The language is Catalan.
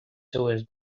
seues